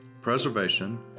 preservation